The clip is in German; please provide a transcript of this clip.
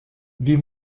wie